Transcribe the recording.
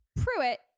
Pruitt